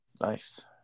Nice